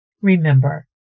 Remember